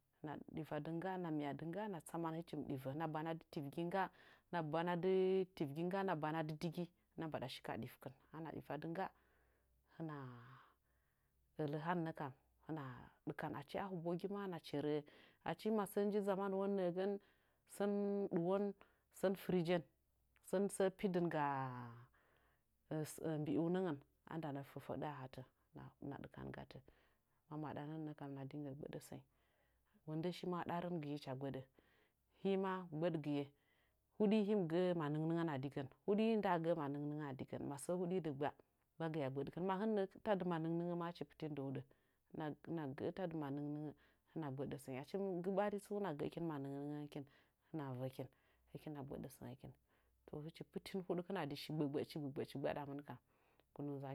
Hɨna ɗivadɨ ngga hɨna mya'adɨ ngga hɨna tsaman hɨchim ɗɨyə hɨna banadɨ tivgi ngga hɨna banadɨ tivgi ngga hɨna banadɨ digi hɨn mbanɗa shi ka ɗiykɨn hana ɗiva dɨ ngga hɨna ələ hannə kam hɨna ɗikan achi a həbogɨma hɨna cherə'ə achi masə nji zamanuwon nəəgən sən ɗɨwon sən freegen sən sə pidɨnga mbi'i unəngən andana fəfəɗə'ə ahatə hɨna ɗɨ kan gatə mamaɗanənnə kam hɨna dinge gbəɗəsənyi mɨ ndə shi ma ɗarəngɨye hɨcha gbəɗə hima gbəɗgɨye huɗi him gə'ə manɨnnɨ ngə a digən huɗi nda gə'ə mantu ngə mazə huɗi dɨggba ma hɨn nɨn tadɨ mantunɨngə ma hɨchi pɨtidɨ huɗə hɨna hɨna tadɨ manən nɨ ngə hɨna gbəɗə sənyi achi nggɨ ɓari tsu hɨna gə'əkin manɨnnɨngəkɨn hɨna vəkin kina gbəɗə səngəkin to hɨch pɨtin huɗkɨn adi shi gbə gbəɗchigbəgbəɗchi gbaɗamɨn kam